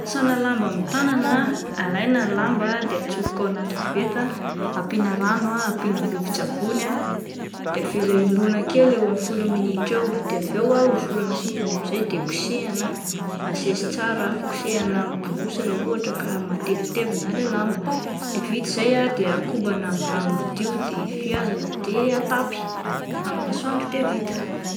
Fanasana lamba amin'ny tanana ah, alaina ny lamba de atsofoko ao anaty koveta ampiana rano ah, ampiana vovotsavony ah, de avela ilona kely eo amin'ny folo minitra eo, de avy eo ah hosorana savony amin'izay de kosehina asesy tsara ah, kosehina amin'ny borosy raha ohatra ka matevitevina ilay lamba, de vita izay ah de akobana amin'ny rano madio de fihazana de atapy amin'ny masoandro de vita.